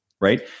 Right